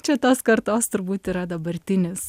čia tos kartos turbūt yra dabartinis